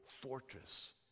fortress